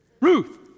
Ruth